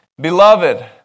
Beloved